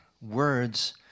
words